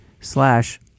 Slash